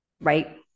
right